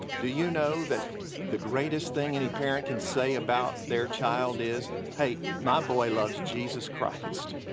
do you know that the greatest thing any parent can say about their child is hey, my boy loves jesus christ.